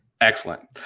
Excellent